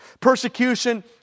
Persecution